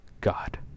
God